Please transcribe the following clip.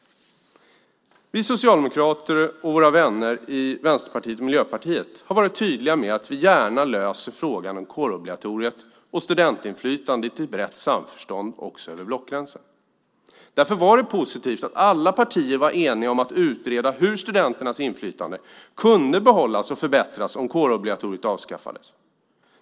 Vi socialdemokrater och våra vänner i Vänsterpartiet och Miljöpartiet har varit tydliga med att vi gärna löser frågan om kårobligatoriet och studentinflytandet i brett samförstånd, också över blockgränsen. Därför var det positivt att alla partier var eniga om att utreda hur studenternas inflytande kunde behållas och förbättras om kårobligatoriet avskaffades.